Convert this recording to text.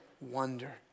wonder